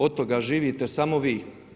Od toga živite samo vi.